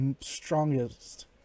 strongest